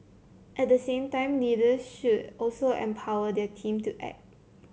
at the same time leaders should also empower their teams to act